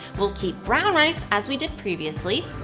we'll keep brown rice, as we did previously.